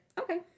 okay